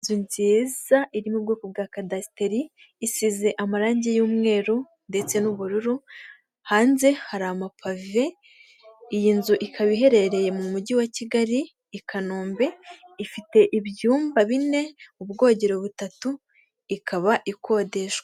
Inzu nziza iri mu bwoko bwa kadasiteri isize amarange y'umweru ndetse n'ubururu, hanze hari amapave, iyi nzu ikaba iherereye mu mujyi wa Kigali i Kanombe, ifite ibyumba bine, ubwogero butatu ikaba ikodeshwa.